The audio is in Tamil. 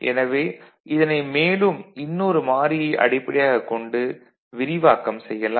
எனவே இதனை மேலும் இன்னொரு மாறியை அடிப்படையாகக் கொண்டு விரிவாக்கம் செய்யலாம்